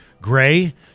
Gray